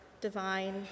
divine